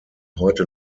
heute